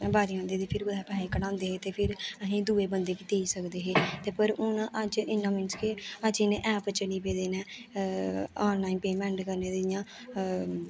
बारी आंदी ते फिर कुतै पैहे कढांदे हे ते फिर अहीं दूए बंदे गी देई सकदे हे ते पर हून अज्ज इन्ना मींस कि अज्ज इन्ने ऐप चली पेदे न आनलाइन पेमेंट करने दी इ'यां